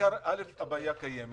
הבעיה קיימת.